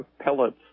pellets